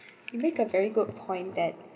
you make a very good point that